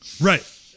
Right